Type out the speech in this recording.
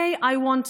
ראיתי זאת